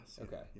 Okay